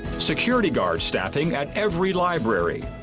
security guard staffing at every library.